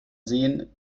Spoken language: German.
sehen